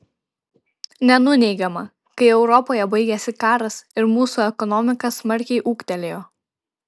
nenuneigiama kai europoje baigėsi karas ir mūsų ekonomika smarkiai ūgtelėjo